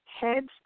heads